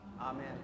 Amen